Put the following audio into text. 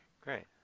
great